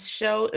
show